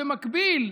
במקביל,